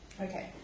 Okay